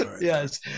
Yes